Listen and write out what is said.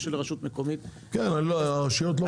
גם להם יש אינטרס,